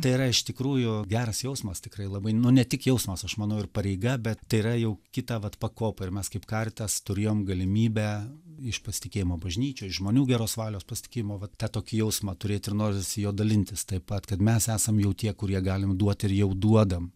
tai yra iš tikrųjų geras jausmas tikrai labai ne tik jausmas aš manau ir pareiga bet tai yra jau kita vat pakopa ir mes kaip karitas turėjome galimybę iš pasitikėjimo bažnyčia iš žmonių geros valios pasitikėjimo va tą tokį jausmą turėt ir norisi juo dalintis taip pat kad mes esam jau tie kurie galim duoti ir jau duodam